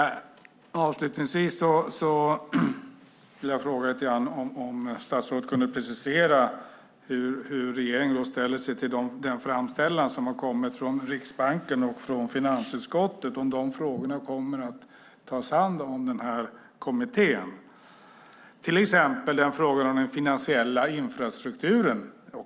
Avslutningsvis vill jag fråga om statsrådet kan precisera hur regeringen ställer sig till den framställan som har kommit från Riksbanken och från finansutskottet och om denna kommitté kommer att ta hand om dessa frågor. Det gäller till exempel frågan om den finansiella infrastrukturen.